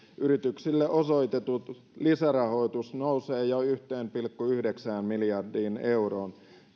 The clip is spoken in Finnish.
yrityksille osoitettu lisärahoitus nousee jo jo yhteen pilkku yhdeksään miljardiin euroon